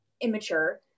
immature